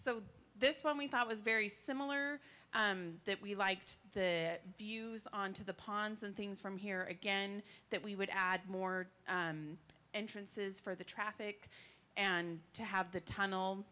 so this one we thought was very similar that we liked that views on to the ponds and things from here again that we would add more entrances for the traffic and to have the tunnel